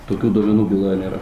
tokių duomenų byloje nėra